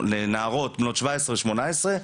לנערות בנות 17 או 18,